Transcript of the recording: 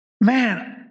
man